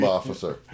officer